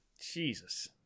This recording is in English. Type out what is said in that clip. Jesus